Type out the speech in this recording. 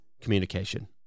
communication